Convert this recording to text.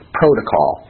protocol